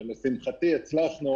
לשמחתי, הצלחנו